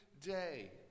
day